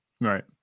Right